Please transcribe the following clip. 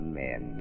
men